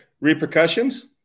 Repercussions